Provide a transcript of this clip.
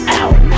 out